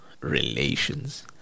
relations